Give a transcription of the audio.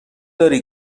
داری